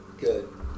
Good